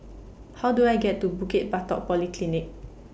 How Do I get to Bukit Batok Polyclinic